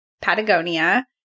Patagonia